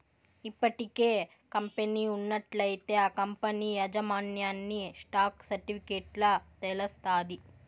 ఇప్పటికే కంపెనీ ఉన్నట్లయితే ఆ కంపనీ యాజమాన్యన్ని స్టాక్ సర్టిఫికెట్ల తెలస్తాది